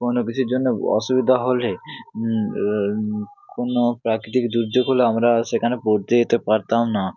কোনো কিছুর জন্য অসুবিধা হলে কোনো প্রাকৃতিক দুর্যোগ হলে আমরা সেখানে পড়তে যেতে পারতাম না